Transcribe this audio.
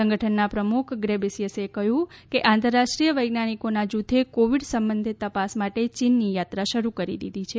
સંગઠનના પ્રમુખ ગ્રેબ્રેયસીસે કહ્યું કે આંતરરાષ્ટ્રીય વૈજ્ઞાનિકોનાં જૂથે કોવિડ સંબંધે તપાસ માટે ચીનની યાત્રા શરૂ કરી દીધી છે